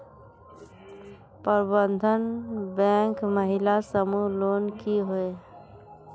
प्रबंधन बैंक महिला समूह लोन की होय?